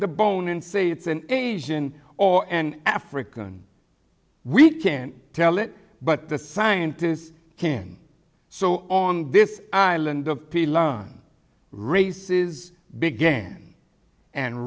the bone and say it's an asian or an african we can't tell it but the scientists can so on this island of people learn races began and